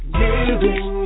giving